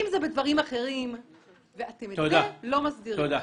אם בדברים אחרים וזה לא מספיק.